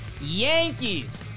Yankees